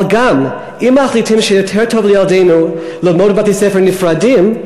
אבל גם אם מחליטים שיותר טוב לילדינו ללמוד בבתי-ספר נפרדים,